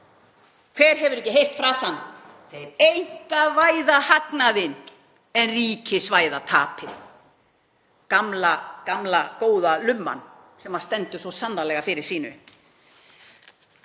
Hver hefur ekki heyrt frasann: Þeir einkavæða hagnaðinn en ríkisvæða tapið. Gamla, góða lumman sem stendur svo sannarlega fyrir sínu.